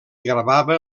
gravava